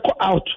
out